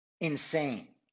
Insane